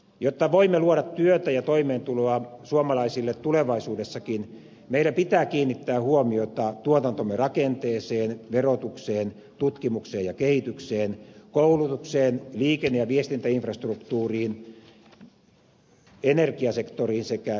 jotta voimme luoda työtä ja toimeentuloa suomalaisille tulevaisuudessakin meidän pitää kiinnittää huomiota tuotantomme rakenteeseen verotukseen tutkimukseen ja kehitykseen koulutukseen liikenne ja viestintäinfrastruktuuriin energiasektoriin sekä yrittäjyyteen